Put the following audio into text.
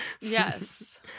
Yes